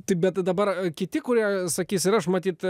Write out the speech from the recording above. taip bet dabar kiti kurie sakys ir aš matyt